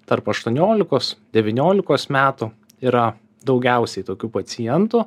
tarp aštuoniolikos devyniolikos metų yra daugiausiai tokių pacientų